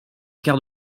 quart